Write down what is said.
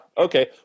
okay